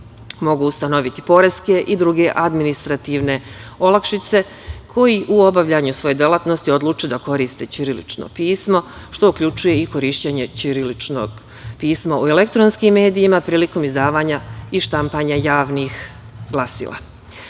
mogu ustanoviti poreske i druge administrativne olakšice koji u obavljanju svoje delatnosti odluče da koriste ćirilično pismo, što uključuje i korišćenje ćiriličnog pisma u elektronskim medijima prilikom izdavanja i štampanja javnih glasila. Predlog